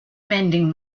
mending